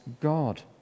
God